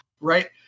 right